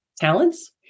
talents